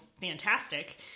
fantastic